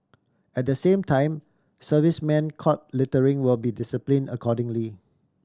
at the same time servicemen caught littering will be discipline accordingly